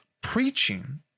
Preaching